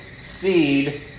seed